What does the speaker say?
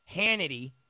Hannity